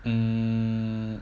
mm